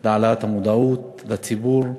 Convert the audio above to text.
להעלאת המודעות בציבור,